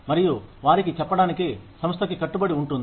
మరియు వారికి చెప్పడానికి సంస్థ కి కట్టుబడి ఉంటుంది